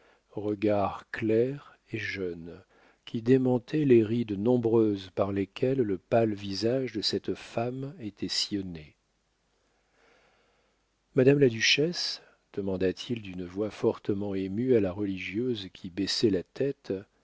regard clair et jeune qui démentait les rides nombreuses par lesquelles le pâle visage de cette femme était sillonné madame la duchesse demanda-t-il d'une voix fortement émue à la religieuse qui baissait la tête